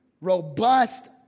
robust